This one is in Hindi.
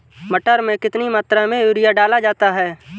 मटर में कितनी मात्रा में यूरिया डाला जाता है?